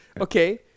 Okay